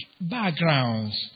backgrounds